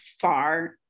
far